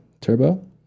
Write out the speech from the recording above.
Turbo